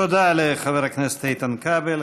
תודה לחבר הכנסת איתן כבל.